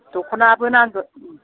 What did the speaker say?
दखनाबो नांगोन